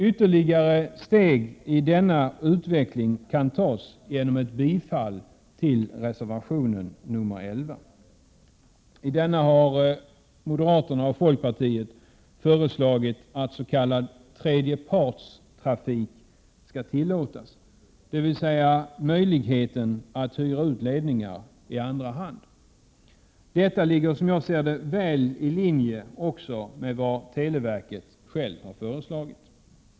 Ytterligare steg i denna utveckling kan tas genom ett bifall till reservation 11. I denna har moderaterna och folkpartiet föreslagit att s.k. tredje parts trafik skall tillåtas, dvs. möjligheten att hyra ut ledningar i andra hand. Detta ligger som jag ser det också väl i linje med vad televerket själv föreslagit.